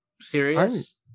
serious